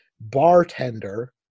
bartender